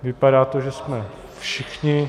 Vypadá to, že jsme všichni.